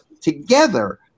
together